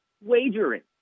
wagering